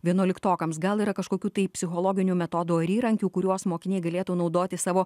vienuoliktokams gal yra kažkokių tai psichologinių metodų ar įrankių kuriuos mokiniai galėtų naudoti savo